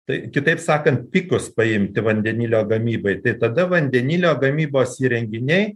tai kitaip sakant pikus paimti vandenilio gamybai tik tada vandenilio gamybos įrenginiai